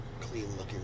clean-looking